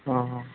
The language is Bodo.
अ अ